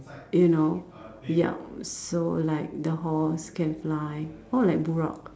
you know yup so like the horse can fly more like Buraq